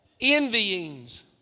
Envyings